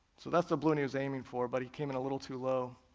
so that's the balloon he was aiming for, but he came in a little too low.